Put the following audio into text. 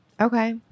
okay